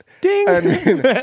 Ding